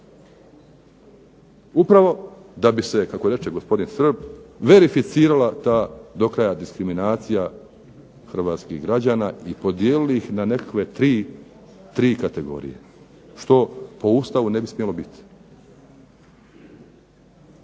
upravo da bi se, kako reče gospodin Srb, verificirala ta do kraja diskriminacija hrvatskih građana i podijelili ih na nekakve tri kategorije što po Ustavu ne bi smjelo biti.